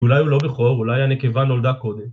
אולי הוא לא בכור, אולי הנקבה נולדה קודם